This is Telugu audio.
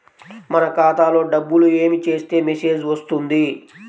మన ఖాతాలో డబ్బులు ఏమి చేస్తే మెసేజ్ వస్తుంది?